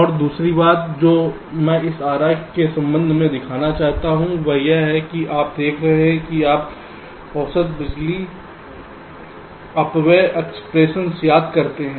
और दूसरी बात जो मैं इस आरेख के संबंध में भी दिखाना चाहता हूं वह यह है कि आप देख रहे हैं कि आप औसत बिजली अपव्यय एक्सप्रेशन याद करते है